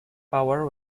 power